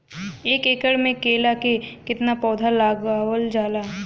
एक एकड़ में केला के कितना पौधा लगावल जाला?